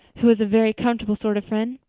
who was a very comfortable sort of friend.